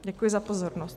Děkuji za pozornost.